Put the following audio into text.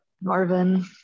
Marvin